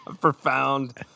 Profound